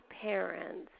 parents